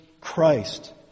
Christ